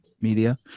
media